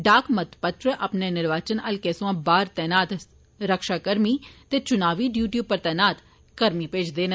डाकमत पत्र अपने निर्वाचन हल्के सोया बाहर तैनात रक्षाकर्मी ते चुनावी डयुटी उप्पर तैनात कर्मी भेजदे न